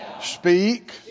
speak